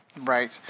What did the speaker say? Right